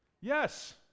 Yes